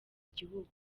gihugu